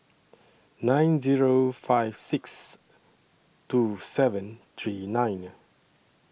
nine Zero five six two seven three nine